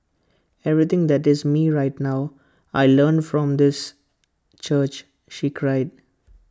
everything that is me right now I learnt from this church she cried